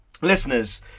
listeners